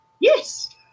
Yes